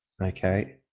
Okay